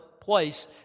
place